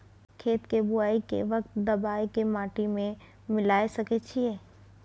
खेत के बुआई के वक्त दबाय के माटी में मिलाय सके छिये?